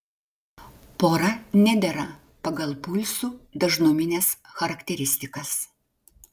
pora nedera pagal pulsų dažnumines charakteristikas